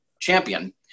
champion